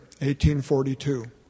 1842